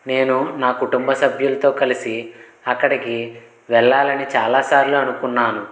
నేను నా కుటుంబ సభ్యులతో కలిసి అక్కడికి వెళ్లాలని చాలాసార్లు అనుకున్నాను